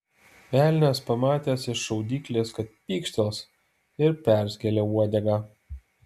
velnias pamatęs iš šaudyklės kad pykštels ir perskėlė uodegą